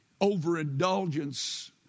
Overindulgence